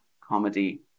comedy